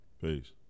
Peace